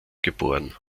geboren